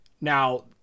Now